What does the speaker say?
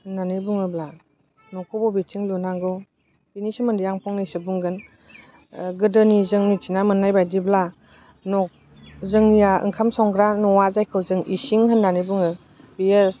होन्नानै बुङोब्ला न'खौ बबेथिं लुनांगौ बेनि सोमोन्दै आं फंनैसो बुंगोन ओह गोदोनि जों मिथिनो मोननाय बादिब्ला न' जोंनिया ओंखाम संग्रा न'आ जायखौ जों इसिं होन्नानै बुङो बेयो